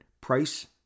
price